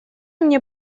мне